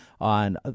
on